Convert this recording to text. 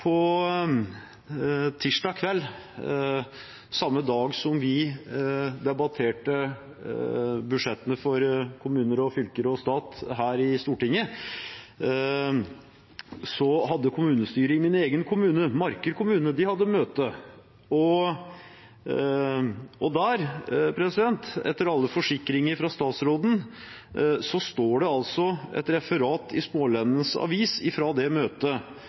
virusutbruddet. Tirsdag kveld, samme dag som vi debatterte budsjettene for kommuner, fylker og stat her i Stortinget, hadde kommunestyret i min egen kommune, Marker, møte. Etter alle forsikringer fra statsråden står det i et referat fra det møtet